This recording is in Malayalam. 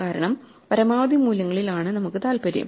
കാരണം പരമാവധി മൂല്യങ്ങളിൽ ആണ് നമുക്ക് താൽപ്പര്യം